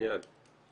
מיד.